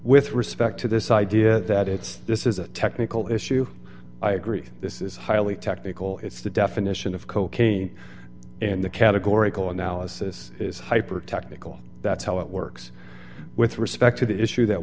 with respect to this idea that it's this is a technical issue i agree this is highly technical it's the definition of cocaine and the categorical analysis is hypertechnical that's how it works with respect to the issue that